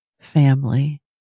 family